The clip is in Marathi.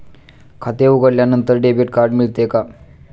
खाते उघडल्यानंतर डेबिट कार्ड मिळते का?